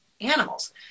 animals